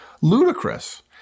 ludicrous